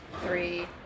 three